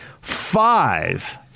Five